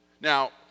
Now